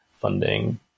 funding